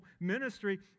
ministry